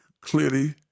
clearly